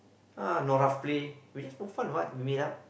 ah no rough play we just for fun what